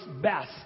best